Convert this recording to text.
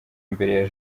mbere